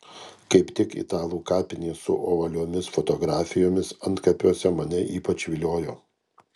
kaip tik italų kapinės su ovaliomis fotografijomis antkapiuose mane ypač viliojo